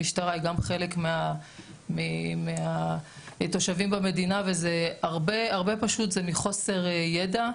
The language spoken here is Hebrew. המשטרה היא גם חלק מהתושבים במדינה והרבה זה מחוסר ידע,